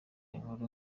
inkuru